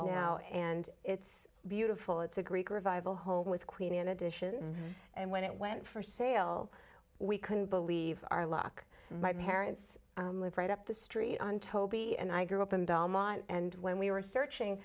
now and it's beautiful it's a greek revival home with queen and additions and when it went for sale we couldn't believe our luck my parents lived right up the street on toby and i grew up in dominant and when we were searching